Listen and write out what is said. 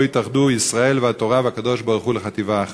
שבו יתאחדו ישראל והתורה והקדוש-ברוך-הוא לחטיבה אחת.